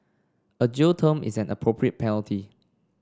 a jail term is an appropriate penalty